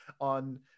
On